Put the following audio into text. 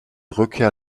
rückkehr